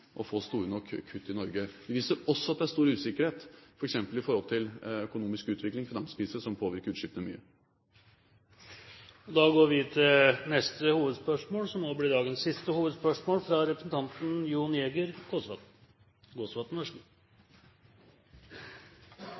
å få store nok kutt i Norge. Det viser også at det er stor usikkerhet med hensyn til økonomisk utvikling, f.eks. finanskrise, som påvirker utslippskuttene mye. Vi går til neste hovedspørsmål, som også blir dagens siste. Rød-grønne politikere fremstiller gjerne private leverandører av helse- og omsorgstjenester som kyniske profittjegere. Så